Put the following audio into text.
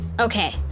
Okay